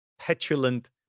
petulant